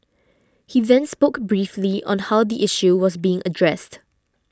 he then spoke briefly on how the issue was being addressed